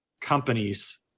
companies